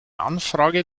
anfrage